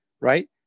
right